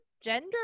gender